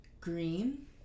Green